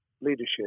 leadership